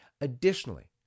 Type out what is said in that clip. Additionally